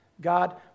God